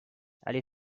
allez